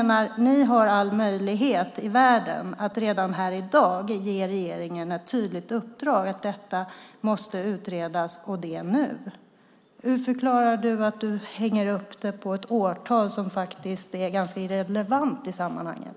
Ni har all möjlighet i världen att redan här i dag ge regeringen ett tydligt uppdrag att detta måste utredas och det nu. Hur förklarar du, Christine Jönsson, att du hänger upp dig på ett årtal som är ganska irrelevant i sammanhanget?